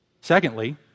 Secondly